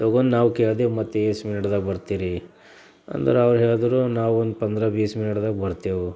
ತೊಗೊಂಡು ನಾವು ಕೇಳಿದೆ ಮತ್ತೆ ಎಷ್ಟು ಮಿನಿಟ್ದಾಗ ಬರ್ತೀರಿ ಅಂದ್ರೆ ಅವ್ರು ಹೇಳಿದ್ರು ನಾವು ಒಂದು ಪಂದ್ರ ಬೀಸ್ ಮಿನಿಟ್ದಾಗ ಬರ್ತೇವೆ